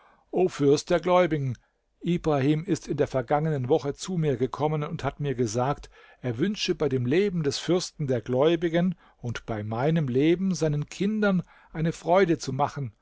fürst der gläubigen ibrahim ist in der vergangenen woche zu mir gekommen und hat mir gesagt er wünsche bei dem leben des fürsten der gläubigen und bei meinem leben seinen kindern eine freude zu machen